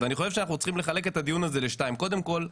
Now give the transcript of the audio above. ואני חושב שאנחנו צריכים לחלק את הדיון הזה לשניים: קודם כל,